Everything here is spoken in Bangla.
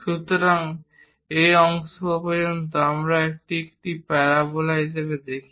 সুতরাং এই অংশ পর্যন্ত আমরা এটি একটি প্যারাবোলা হিসাবে দেখি